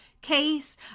case